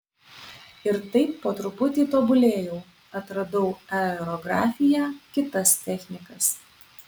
ir taip po truputį tobulėjau atradau aerografiją kitas technikas